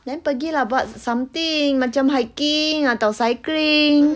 then pergi lah buat something macam hiking atau cycling